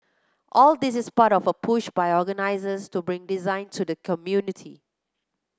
all this is part of a push by organisers to bring design to the community